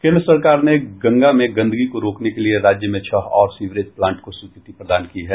केन्द्र सरकार ने गंगा में गंदगी को रोकने के लिए राज्य में छह और सीवरेज प्लांट को स्वीकृति प्रदान की है